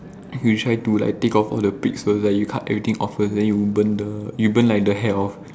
we try to take like take off all the pricks first like you cut everything off first they you burn the you burn like the hair off